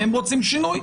אם הם רוצים שינוי.